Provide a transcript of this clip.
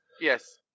Yes